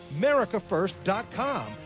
americafirst.com